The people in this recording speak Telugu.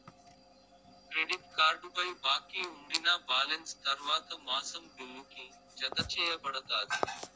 క్రెడిట్ కార్డుపై బాకీ ఉండినా బాలెన్స్ తర్వాత మాసం బిల్లుకి, జతచేయబడతాది